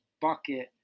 bucket